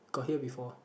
got hear before